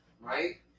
right